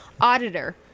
Auditor